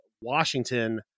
Washington